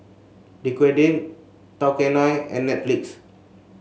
Dequadin Tao Kae Noi and Netflix